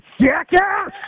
jackass